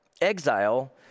Exile